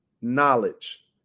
knowledge